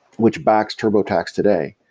which backs turbotax today,